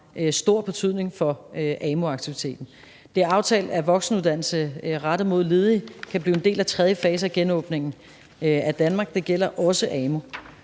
stor betydning for amu-aktiviteten. Det er aftalt, at voksenuddannelse rettet mod ledige kan blive en del af tredje fase af genåbningen af Danmark, og det gælder også amu.